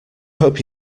hope